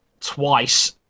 twice